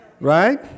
right